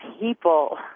people